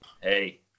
Hey